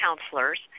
counselors